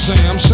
Sam